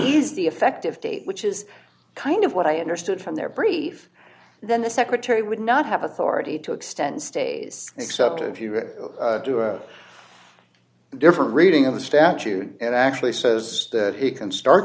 the effective date which is kind of what i understood from their brief then the secretary would not have authority to extend stays except if you do a different reading of the statute it actually says that he can start